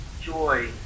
joy